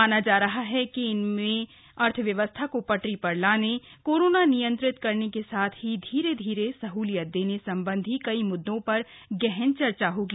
माना जा रहा है कि इसमें अर्थव्यवस्था को पटरी पर लाने कोरोना नियंत्रित करने के साथ ही धीरे धीरे सह्लियत देने संबंधी कई मुद्दों पर गहन चर्चा होगी